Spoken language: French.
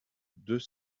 deux